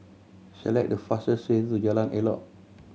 select the fastest way to Jalan Elok